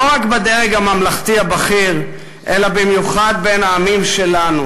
לא רק בדרג הממלכתי הבכיר אלא במיוחד בין העמים שלנו,